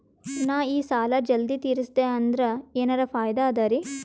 ನಾ ಈ ಸಾಲಾ ಜಲ್ದಿ ತಿರಸ್ದೆ ಅಂದ್ರ ಎನರ ಫಾಯಿದಾ ಅದರಿ?